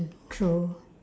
true